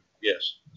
Yes